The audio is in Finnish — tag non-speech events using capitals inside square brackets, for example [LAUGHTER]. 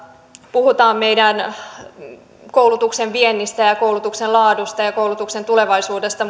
puhutaan meidän koulutuksen viennistä ja ja koulutuksen laadusta ja koulutuksen tulevaisuudesta [UNINTELLIGIBLE]